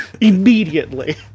immediately